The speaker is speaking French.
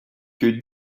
que